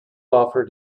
offer